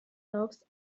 dogs